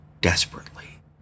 desperately